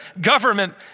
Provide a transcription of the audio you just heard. government